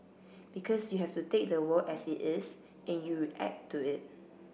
because you have to take the world as it is and you act to it